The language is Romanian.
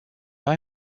mai